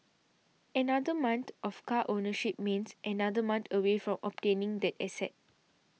another month of car ownership means another month away from obtaining that asset